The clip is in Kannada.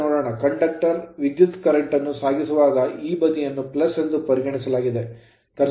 ಈಗ ನೋಡೋಣ conductor ಕಂಡಕ್ಟರ್ ವಿದ್ಯುತ್ current ಕರೆಂಟ್ ನ್ನು ಸಾಗಿಸುವಾಗ ಈ ಬದಿಯನ್ನು ಎಂದು ಗುರುತಿಸಲಾಗಿದೆ